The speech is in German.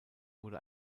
wurde